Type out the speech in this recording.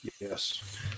Yes